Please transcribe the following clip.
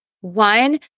one